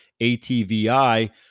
ATVI